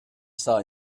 saw